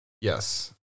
Yes